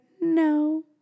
no